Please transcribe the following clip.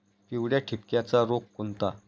पिवळ्या ठिपक्याचा रोग कोणता?